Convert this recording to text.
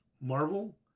Marvel